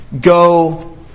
go